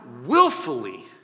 willfully